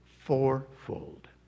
fourfold